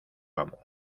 amo